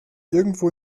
irgendwo